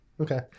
Okay